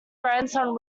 grandson